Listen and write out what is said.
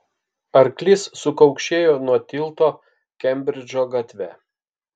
arklys sukaukšėjo nuo tilto kembridžo gatve